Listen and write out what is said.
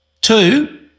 two